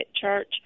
church